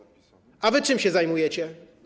A wy czym się zajmujecie?